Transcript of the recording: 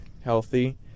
healthy